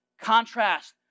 contrast